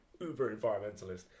uber-environmentalist